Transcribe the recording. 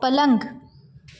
पलंग